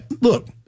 look